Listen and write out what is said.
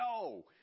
No